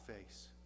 face